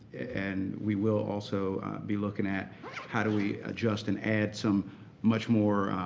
and we will also be looking at how do we adjust and add some much more